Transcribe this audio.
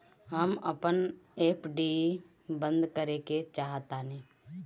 हम अपन एफ.डी बंद करेके चाहातानी